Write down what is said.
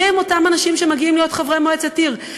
מי הם אותם אנשים שמגיעים להיות חברי מועצת עיר?